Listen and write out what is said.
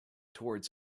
towards